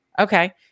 Okay